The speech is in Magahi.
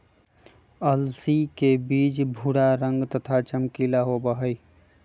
अलसी के बीज भूरा रंग के तथा चमकीला होबा हई